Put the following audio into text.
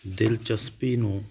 ਦਿਲਚਸਪੀ ਨੂੰ